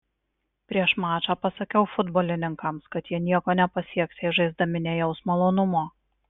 prieš mačą pasakiau futbolininkams kad jie nieko nepasieks jei žaisdami nejaus malonumo